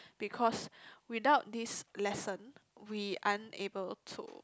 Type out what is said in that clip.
because without this lesson we unable to